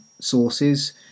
sources